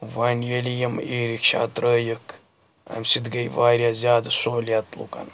وۄنۍ ییٚلہِ یِم ای رِکشا ترٛٲیِکھ امہِ سۭتۍ گٔے واریاہ زیادٕ سہوٗلیت لُکَن